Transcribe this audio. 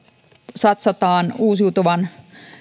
satsataan uusiutuvan